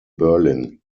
berlin